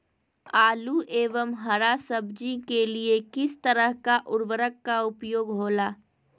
आलू एवं हरा सब्जी के लिए किस तरह का उर्वरक का उपयोग होला?